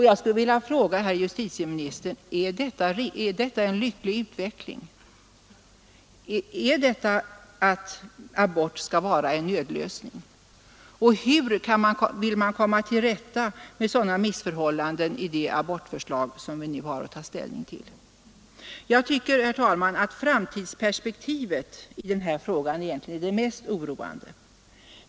Jag vill fråga herr justitieministern: Är detta en lycklig utveckling? Är detta att abort skall vara en nödlösning? Och hur vill man, i det lagförslag som vi nu har att ta ställning till, komma till rätta med sådana missförhållanden? Jag tycker, herr talman, att framtidsperspektivet i den här frågan egentligen är det mest oroande.